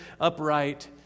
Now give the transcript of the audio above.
upright